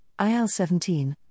IL-17